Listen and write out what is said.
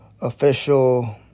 official